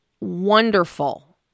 wonderful